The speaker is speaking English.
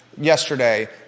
yesterday